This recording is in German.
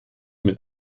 mit